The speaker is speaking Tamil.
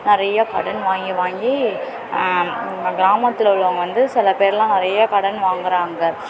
நிறையா கடன் வாங்கி வாங்கி இந்த கிராமத்தில் உள்ளவங்க வந்து சில பேர்லாம் நிறைய கடன் வாங்குகிறாங்க